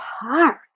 park